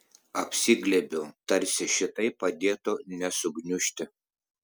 apsiglėbiu tarsi šitai padėtų nesugniužti